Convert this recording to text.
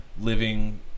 living